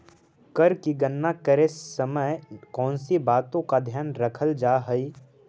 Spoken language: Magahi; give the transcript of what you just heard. कर की गणना करे समय कौनसी बातों का ध्यान रखल जा हाई